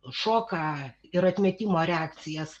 šoką ir atmetimo reakcijas